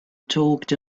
talked